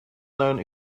known